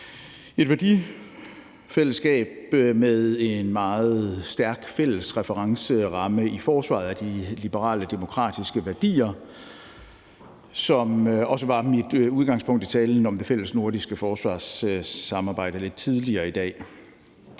et værdifællesskab med en meget stærk fælles referenceramme i forsvaret af de liberale demokratiske værdier, som også var mit udgangspunkt i talen om det fælles nordiske forsvarssamarbejde lidt tidligere i dag.